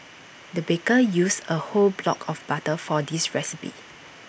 the baker used A whole block of butter for this recipe